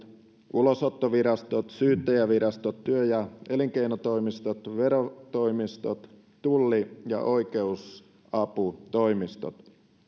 ulosottovirastot syyttäjävirastot työ ja elinkeinotoimistot verotoimistot tulli ja oikeusaputoimistot